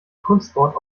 kunstwort